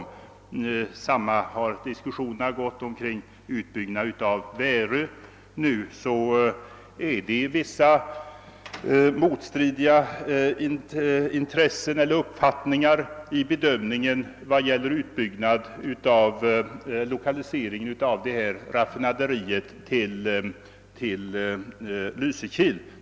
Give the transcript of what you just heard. På samma sätt har diskussionerna gått omkring utbyggnaden av Värö. Nu förekommer motstridiga uppfattningar när det gäller lokaliseringen av detta raffinaderi till Lysekil.